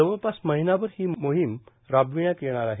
जवळपास महिनाभर ही मोहिम राबविण्यात येणार आहे